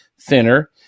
thinner